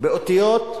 באותיות ערביות,